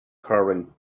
current